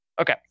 Okay